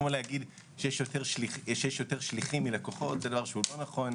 להגיד שיש יותר שליחים מלקוחות זה דבר שהוא לא נכון.